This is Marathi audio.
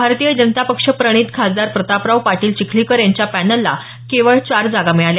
भारतीय जनता पक्ष प्रणित खासदार प्रतापराव पाटील चिखलीकर यांच्या पॅनलला केवळ चार जागा मिळाल्या